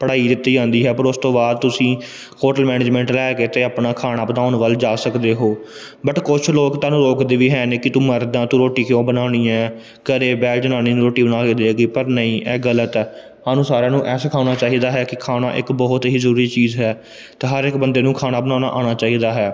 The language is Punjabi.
ਪੜ੍ਹਾਈ ਦਿੱਤੀ ਜਾਂਦੀ ਹੈ ਪਰ ਉਸ ਤੋਂ ਬਾਅਦ ਤੁਸੀਂ ਹੋਟਲ ਮੈਨੇਜਮੈਂਟ ਰਹਿ ਕੇ ਅਤੇ ਆਪਣਾ ਖਾਣਾ ਵਧਾਉਣ ਵੱਲ ਜਾ ਸਕਦੇ ਹੋ ਬਟ ਕੁਝ ਲੋਕ ਤੁਹਾਨੂੰ ਰੋਕਦੇ ਵੀ ਹੈ ਨਹੀਂ ਕਿ ਤੂੰ ਮਰਦ ਆ ਤੂੰ ਰੋਟੀ ਕਿਉਂ ਬਣਾਉਣੀ ਹੈ ਘਰ ਬਹਿ ਜਨਾਨੀ ਨੂੰ ਰੋਟੀ ਬਣਾ ਕੇ ਦੇਗੀ ਪਰ ਨਹੀਂ ਇਹ ਗਲਤ ਆ ਸਾਨੂੰ ਸਾਰਿਆਂ ਨੂੰ ਇਹ ਸਿਖਾਉਣਾ ਚਾਹੀਦਾ ਹੈ ਕਿ ਖਾਣਾ ਇੱਕ ਬਹੁਤ ਹੀ ਜ਼ਰੂਰੀ ਚੀਜ਼ ਹੈ ਤਾਂ ਹਰ ਇੱਕ ਬੰਦੇ ਨੂੰ ਖਾਣਾ ਬਣਾਉਣਾ ਆਉਣਾ ਚਾਹੀਦਾ ਹੈ